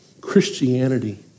Christianity